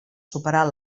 superar